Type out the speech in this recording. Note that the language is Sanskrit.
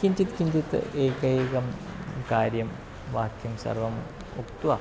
किञ्चित् किञ्चित् एकैकं कार्यं वाक्यं सर्वम् उक्त्वा